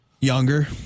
Younger